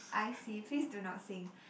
I see please do not sing